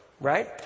Right